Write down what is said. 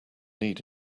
need